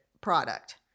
product